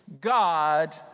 God